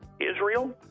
Israel